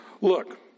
Look